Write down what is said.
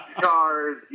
cars